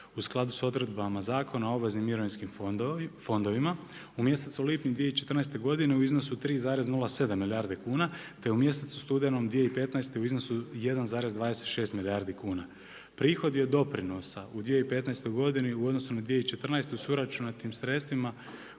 U skladu s odredbama Zakona o obveznim mirovinskim fondovima u mjesecu lipnju 2014. godine u iznosu 3,07 milijarde kuna te u mjesecu studenom 2015. u iznosu 1,26 milijardi kuna. Prihodi od doprinosa u 2015. godini u odnosu na 2014. s uračunatim sredstvima